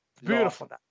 beautiful